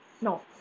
No